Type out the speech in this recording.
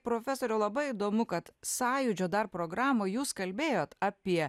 profesoriau labai įdomu kad sąjūdžio dar programoje jūs kalbėjote apie